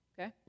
Okay